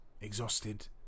exhausted